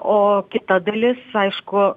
o kita dalis aišku